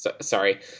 Sorry